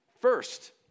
First